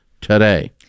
today